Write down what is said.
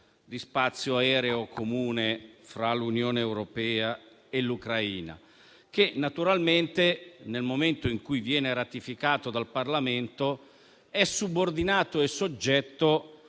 di spazio aereo comune fra l'Unione europea e l'Ucraina, che naturalmente, nel momento in cui viene ratificato dal Parlamento, è subordinato e soggetto